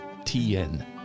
TN